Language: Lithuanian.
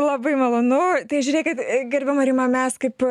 labai malonu tai žiūrėkit gerbiama rima mes kaip